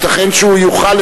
ייתכן שהוא יוכל,